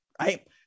right